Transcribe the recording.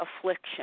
affliction